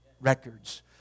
records